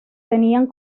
tenían